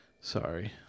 Sorry